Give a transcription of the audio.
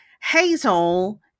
Hazel